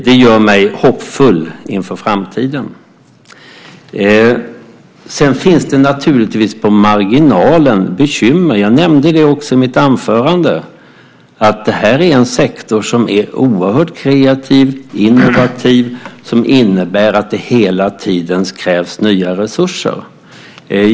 Det gör mig hoppfull inför framtiden. Det finns naturligtvis på marginalen bekymmer. Jag nämnde det också i mitt anförande. Det här är en sektor som är oerhört kreativ och innovativ som innebär att det hela tiden krävs nya resurser.